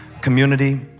community